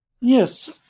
Yes